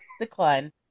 decline